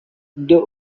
the